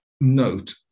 Note